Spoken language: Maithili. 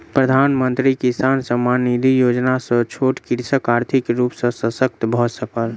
प्रधानमंत्री किसान सम्मान निधि योजना सॅ छोट कृषक आर्थिक रूप सॅ शशक्त भअ सकल